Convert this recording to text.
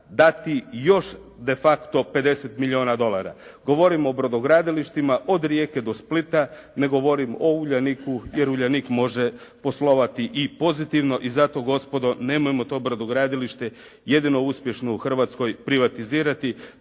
dati još de facto 50 milijuna dolara. Govorim o brodogradilištima od Rijeke do Splita. Ne govorim o Uljaniku, jer Uljanik može poslovati i pozitivno i zato gospodo nemojmo to brodogradilište, jedino uspješno u Hrvatskoj privatizirati